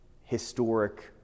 historic